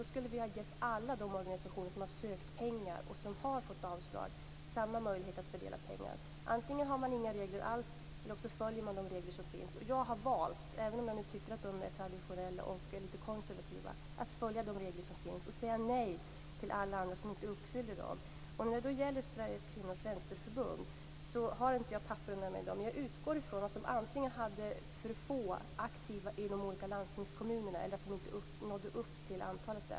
Då skulle vi ha gett alla de organisationer som har sökt pengar och som fått avslag samma möjlighet att fördela pengar. Antingen har man inga regler alls, eller följer man de regler som finns. Jag har valt, även om jag tycker att de är traditionella och lite konservativa, att följa de regler som finns och säga nej till alla andra som inte uppfyller dem. När det gäller Svenska kvinnors vänsterförbund har jag inte papperen med mig. Men jag utgår från att de antingen hade för få aktiva inom olika landstingskommuner eller inte nådde upp till antalet.